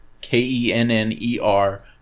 K-E-N-N-E-R